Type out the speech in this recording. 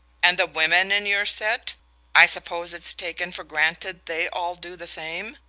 and the women in your set i suppose it's taken for granted they all do the same?